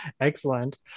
Excellent